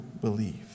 believe